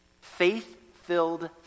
Faith-filled